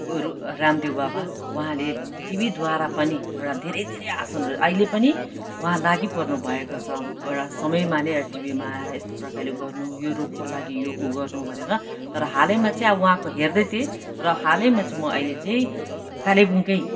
गुरु रामदेव बाबा उहाँले टिभीद्वारा पनि एउटा धेरै धेरै आशनहरू अहिले पनि उहाँ लागि पर्नु भएको छ एउटा समयमा नै टिभीमा आएर यस्तो प्रकारले गर्नु यो रोगको लागि यो ऊ गर्नु भनेर तर हालैमा चाहिँ उहाँको हेर्दै थिएँ र हालैमा चाहिँ म अहिले चाहिँ कालेबुङकै